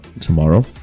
tomorrow